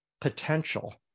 potential